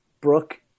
Brooke